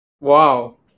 Wow